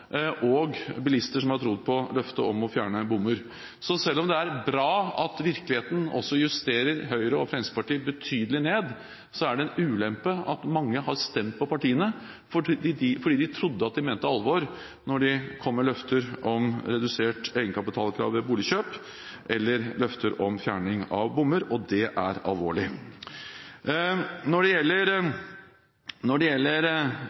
og bilister som har trodd på løftet om å fjerne bommer. Så selv om det er bra at virkeligheten også justerer Høyre og Fremskrittspartiet betydelig ned, er det en ulempe at mange har stemt på partiene fordi de trodde at de mente alvor når de kom med løfter om redusert egenkapitalkrav ved boligkjøp eller løfter om fjerning av bommer. Det er alvorlig. Det gjelder